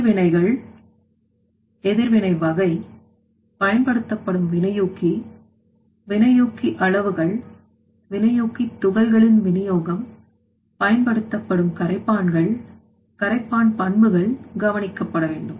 எதிர்வினைகள் எதிர்வினை வகை பயன்படுத்தப்படும் வினையூக்கி வினையூக்கி அளவுகள் வினையூக்கி துகள்களின் வினியோகம் பயன்படுத்தப்படும் கரைப்பான்கள் கரைப்பான் பண்புகள் கவனிக்கப்பட வேண்டும்